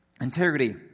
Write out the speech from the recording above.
integrity